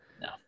No